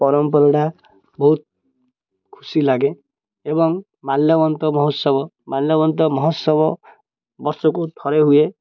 ପରମ୍ପରାଟା ବହୁତ ଖୁସି ଲାଗେ ଏବଂ ମାଲ୍ୟବନ୍ତ ମହୋତ୍ସବ ମାଲ୍ୟବନ୍ତ ମହୋତ୍ସବ ବର୍ଷକୁ ଥରେ ହୁଏ